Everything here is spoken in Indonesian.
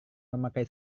memakai